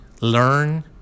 learn